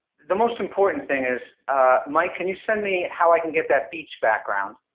the most important thing is mike, can you send me how i can get that beach background?